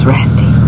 Randy